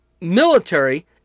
military